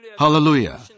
Hallelujah